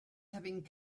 having